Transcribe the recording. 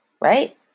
right